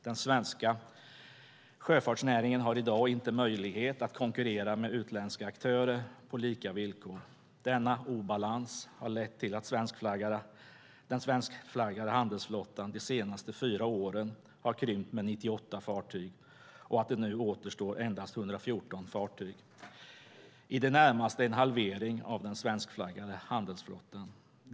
Den svenska sjöfartsnäringen har i dag inte möjlighet att konkurrera med utländska aktörer på lika villkor. Denna obalans har lett till att den svenskflaggade handelsflottan de senaste fyra åren har krympt med 98 fartyg och att det nu återstår endast 114 fartyg - i det närmaste en halvering av den svenskflaggade handelsflottan.